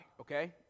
okay